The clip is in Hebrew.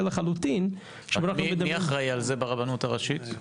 לחלוטין --- מי אחראי על זה ברבנות הראשית?